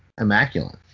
immaculate